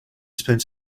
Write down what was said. spent